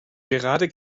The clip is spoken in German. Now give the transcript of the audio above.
gerade